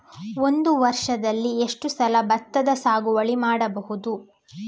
ಒಂದು ವರ್ಷದಲ್ಲಿ ಎಷ್ಟು ಸಲ ಭತ್ತದ ಸಾಗುವಳಿ ಮಾಡಬಹುದು?